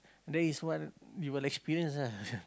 there is what we will experience lah